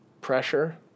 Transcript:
pressure